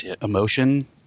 emotion